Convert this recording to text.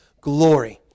glory